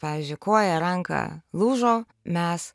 pavyzdžiui koja ranka lūžo mes